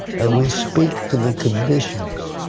and we speak to the conditions.